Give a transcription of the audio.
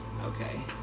Okay